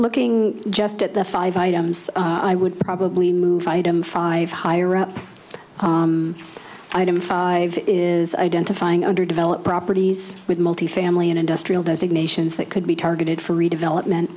looking just at the five items i would probably move item five higher up item five is identifying underdeveloped properties with multifamily and industrial designations that could be targeted for redevelopment